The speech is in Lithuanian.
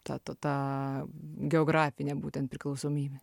tą ta tą geografinę būtent priklausomybę